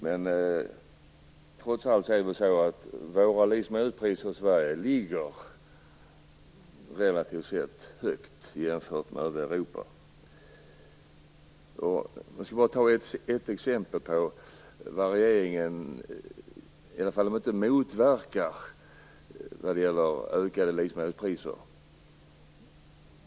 Men trots allt är det väl så att våra livsmedelspriser ligger relativt högt jämfört med övriga Europa. Jag skall bara ge ett exempel på att regeringen i alla fall inte motverkar ökade livsmedelspriser.